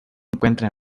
encuentra